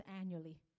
annually